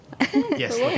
Yes